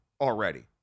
already